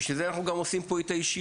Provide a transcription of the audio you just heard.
בשביל זה אנחנו עושים פה את הישיבה.